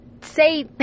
say